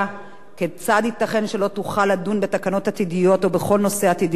כיצד ייתכן שלא תוכל לדון בתקנות עתידיות או בכל נושא עתידי לגביה?